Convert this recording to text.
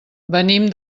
venim